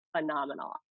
phenomenal